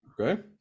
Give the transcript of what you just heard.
Okay